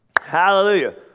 Hallelujah